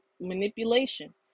manipulation